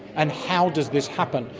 and how does this happen,